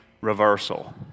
reversal